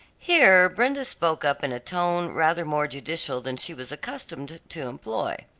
here brenda spoke up in a tone rather more judicial than she was accustomed to employ.